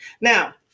now